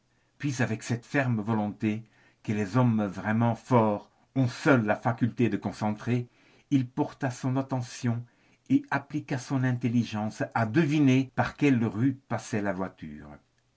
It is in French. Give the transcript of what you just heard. puis avec cette ferme volonté que les hommes vraiment forts ont seuls la faculté de concentrer il porta son attention et appliqua son intelligence à deviner par quelles rues passait la voiture